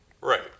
Right